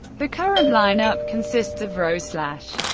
the current lineup consists of rose, slash,